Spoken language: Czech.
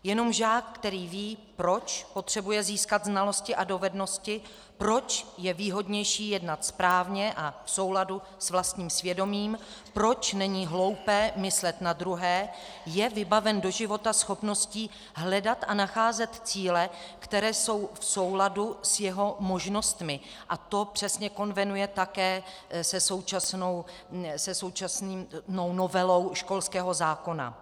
Jenom žák, který ví, proč potřebuje získat znalosti a dovednosti, proč je výhodnější jednat správně a v souladu s vlastním svědomím, proč není hloupé myslet na druhé, je vybaven do života schopností hledat a nacházet cíle, které jsou v souladu s jeho možnostmi, a to přesně konvenuje také se současnou novelou školského zákona.